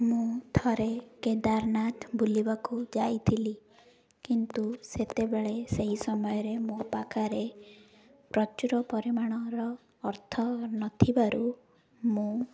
ମୁଁ ଥରେ କେଦାରନାଥ ବୁଲିବାକୁ ଯାଇଥିଲି କିନ୍ତୁ ସେତେବେଳେ ସେହି ସମୟରେ ମୋ ପାଖରେ ପ୍ରଚୁର ପରିମାଣର ଅର୍ଥ ନଥିବାରୁ ମୁଁ